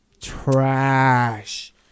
Trash